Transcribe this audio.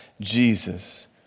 Jesus